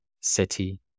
city